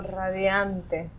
radiante